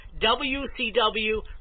WCW